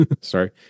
sorry